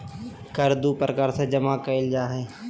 कर दू प्रकार से जमा कइल जा हइ